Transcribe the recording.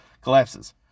collapses